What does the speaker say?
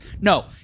No